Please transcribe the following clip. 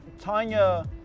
Tanya